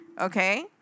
okay